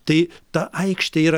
tai ta aikštė yra